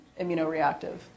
immunoreactive